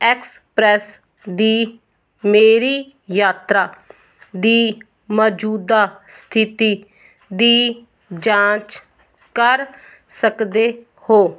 express ਦੀ ਮੇਰੀ ਯਾਤਰਾ ਦੀ ਮੌਜੂਦਾ ਸਥਿਤੀ ਦੀ ਜਾਂਚ ਕਰ ਸਕਦੇ ਹੋ